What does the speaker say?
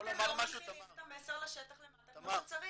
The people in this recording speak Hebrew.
אתם לא מכינים את המסר לשטח למטה כמו שצריך.